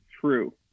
true